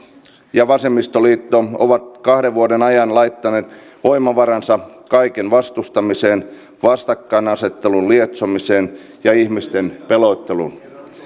ja vasemmistoliitto ovat kahden vuoden ajan laittaneet voimavaransa kaiken vastustamiseen vastakkainasettelun lietsomiseen ja ihmisten pelotteluun